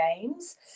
games